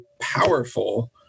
powerful